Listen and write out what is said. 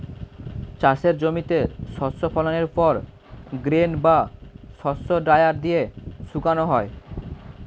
চাষের জমিতে শস্য ফলনের পর গ্রেন বা শস্য ড্রায়ার দিয়ে শুকানো হয়